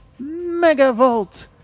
megavolt